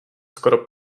skoro